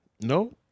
No